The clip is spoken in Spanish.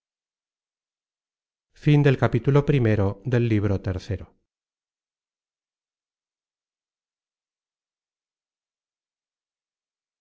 autor del libro